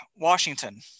Washington